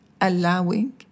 Allowing